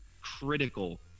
critical